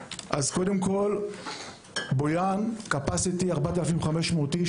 קודם כול בויאן 4,500 אנשים,